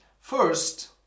first